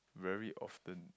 very often